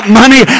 money